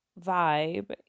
vibe